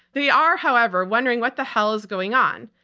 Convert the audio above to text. they are, however, wondering what the hell is going on.